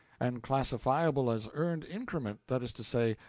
and classifiable as earned increment, that is to say,